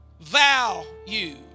value